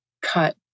cut